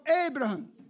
Abraham